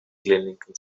clinical